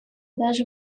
даже